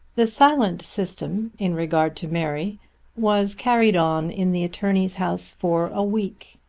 the silent system in regard to mary was carried on in the attorney's house for a week,